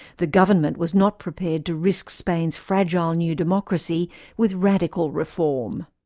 the government was not prepared to risk spain's fragile new democracy with radical reform.